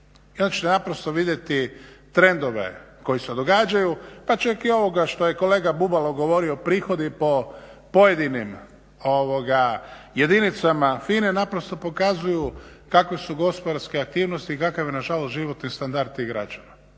onda ćete naprosto vidjeti trendove koji se događaju pa čak i ovoga što je kolega Bubalo govorio prihodi po pojedinim jedinicama FINA-e naprosto pokazuju kakve su gospodarske aktivnosti i kakav je nažalost životni standard tih građana.